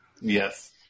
yes